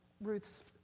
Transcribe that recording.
Ruth's